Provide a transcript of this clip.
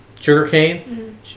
sugarcane